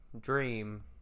dream